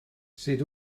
sut